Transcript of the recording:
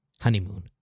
honeymoon